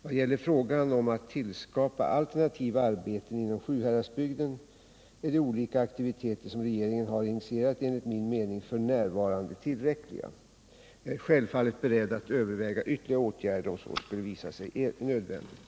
Vad gäller frågan om att tillskapa alternativa arbeten inom Sjuhäradsbygden är de olika aktiviteter som regeringen har initierat enligt min mening f.n. tillräckliga. Jag är självfallet beredd att överväga ytterligare åtgärder om så skulle visa sig nödvändigt.